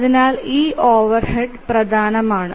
അതിനാൽ ഈ ഓവർഹെഡ് പ്രധാനമാണ്